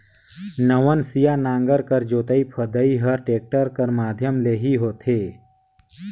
नवनसिया नांगर कर जोतई फदई हर टेक्टर कर माध्यम ले ही होथे